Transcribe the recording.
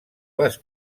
les